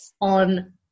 on